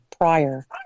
prior